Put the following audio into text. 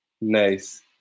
Nice